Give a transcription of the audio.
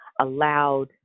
allowed